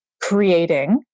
creating